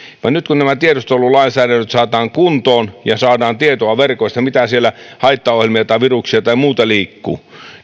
nyt kun nämä tiedustelulainsäädännöt saadaan kuntoon ja saadaan tietoa verkoista mitä haittaohjelmia tai viruksia tai muuta siellä liikkuu